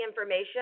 information